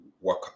work